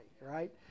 right